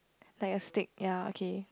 like a stick ya okay